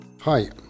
Hi